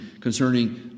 concerning